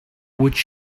would